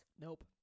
Nope